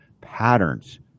patterns